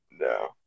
No